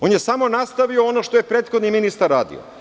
On je samo nastavio ono što je prethodni ministar radio.